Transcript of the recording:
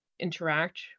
interact